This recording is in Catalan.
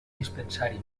dispensari